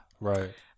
Right